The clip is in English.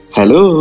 Hello